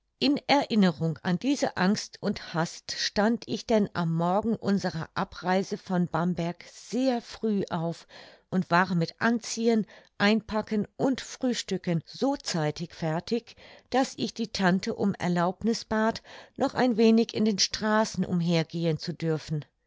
in erinnerung an diese angst und hast stand ich denn am morgen unserer abreise von bamberg sehr früh auf und war mit anziehen einpacken und frühstücken so zeitig fertig daß ich die tante um erlaubniß bat noch ein wenig in den straßen umher gehen zu dürfen